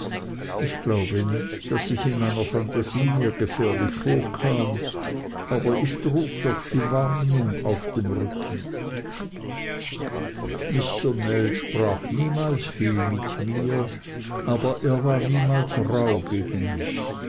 ich glaube nicht daß ich in meiner phantasie mir gefährlich vorkam aber ich trug doch die warnung auf dem rücken mr mell sprach niemals viel mit mir aber er war niemals rauh gegen mich